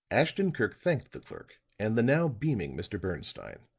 ashton-kirk thanked the clerk, and the now beaming mr. bernstine,